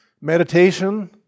Meditation